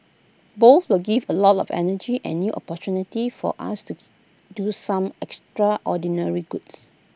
both will give A lot of energy and new opportunity for us to do some extraordinary goods